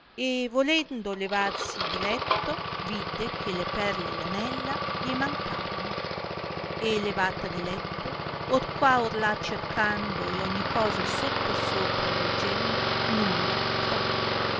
e volendo levarsi di letto vidde che le perle e le anella glie mancavano e levata di letto or qua or là cercando e ogni cosa sottosopra volgiendo nulla trovò